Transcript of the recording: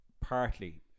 partly